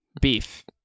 Beef